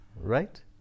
Right